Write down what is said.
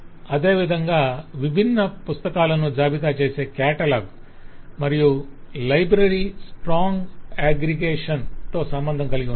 అదేవిధంగా విభిన్న పుస్తకాలను జాబితా చేసే కేటలాగ్ మరియు లైబ్రరి స్ట్రాంగ్ అగ్రిగేషన్ తో సంబంధం కలిగి ఉన్నాయి